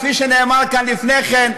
כפי שנאמר כאן לפני כן,